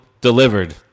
delivered